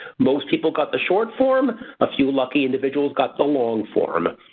most people got the short form a few lucky individuals got the long form.